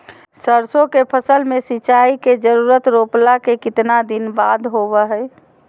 सरसों के फसल में सिंचाई के जरूरत रोपला के कितना दिन बाद होबो हय?